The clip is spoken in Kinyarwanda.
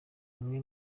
umwe